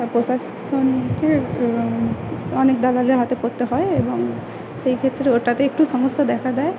পোশা সনকে অনেক দালালের হাতে পড়তে হয় এবং সেই ক্ষেত্রে ওটাতে একটু সমস্যা দেখা দেয়